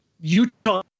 Utah